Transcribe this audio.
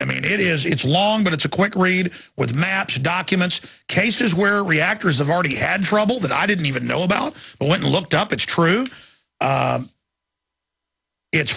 i mean it is it's long but it's a quick read with maps documents cases where reactors have already had trouble that i didn't even know about but when looked up it's true it's